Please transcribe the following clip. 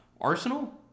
Arsenal